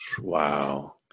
Wow